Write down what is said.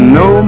no